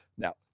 Now